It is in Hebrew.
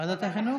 ועדת החינוך?